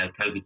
COVID